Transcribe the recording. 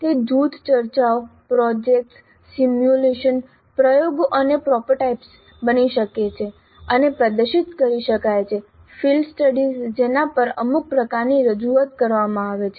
તે જૂથ ચર્ચાઓ પ્રોજેક્ટ્સ સિમ્યુલેશન પ્રયોગો અને પ્રોટોટાઇપ્સ બની શકે છે અને પ્રદર્શિત કરી શકાય છે ફિલ્ડ સ્ટડીઝ જેના પર અમુક પ્રકારની રજૂઆત કરવામાં આવે છે